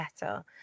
better